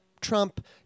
Trump